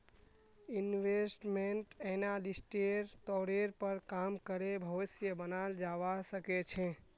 investment एनालिस्टेर तौरेर पर काम करे भविष्य बनाल जावा सके छे